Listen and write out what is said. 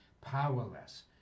powerless